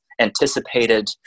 anticipated